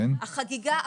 החריגה,